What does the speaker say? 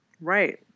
Right